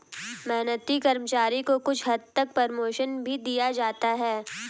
मेहनती कर्मचारी को कुछ हद तक प्रमोशन भी दिया जाता है